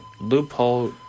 Loophole